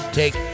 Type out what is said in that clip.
take